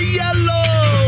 yellow